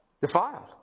Defiled